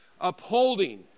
upholding